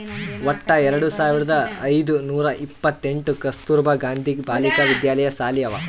ವಟ್ಟ ಎರಡು ಸಾವಿರದ ಐಯ್ದ ನೂರಾ ಎಪ್ಪತ್ತೆಂಟ್ ಕಸ್ತೂರ್ಬಾ ಗಾಂಧಿ ಬಾಲಿಕಾ ವಿದ್ಯಾಲಯ ಸಾಲಿ ಅವಾ